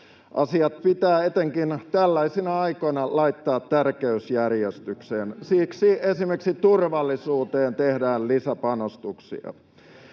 Asiat pitää etenkin tällaisina aikoina laittaa tärkeysjärjestykseen. Siksi esimerkiksi turvallisuuteen tehdään lisäpanostuksia,